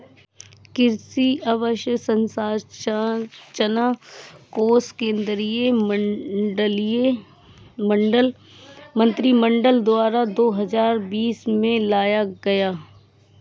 कृषि अंवसरचना कोश केंद्रीय मंत्रिमंडल द्वारा दो हजार बीस में लाया गया